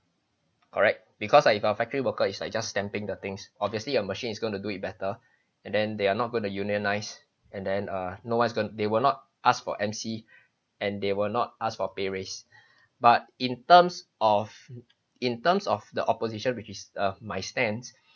correct because like if our factory worker is like just stamping the things obviously your machine is going to do it better and then they are not going to unionize and then err no is going to they will not ask for M_C and they will not ask for pay raise but in terms of in terms of the opposition which is err my stance